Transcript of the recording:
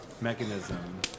mechanism